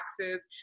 taxes